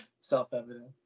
self-evident